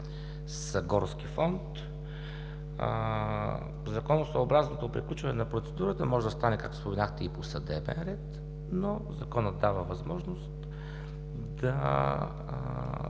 са горски фонд. Законосъобразното приключване на процедурата може да стане, както споменахте, и по съдебен ред, но Законът дава възможност да